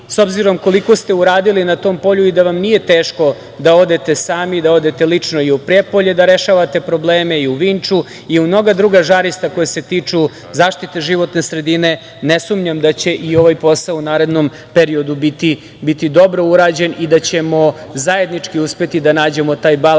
s obzirom koliko ste uradili na tom polju i da vam nije teško da odete sami, da odete lično i u Prijepolje da rešavate probleme i u Vinču i u mnoga druga žarišta koja se tiču zaštite životne sredine. Ne sumnjam da će i ovaj posao u narednom periodu biti dobro urađen i da ćemo zajednički uspeti da nađemo taj balans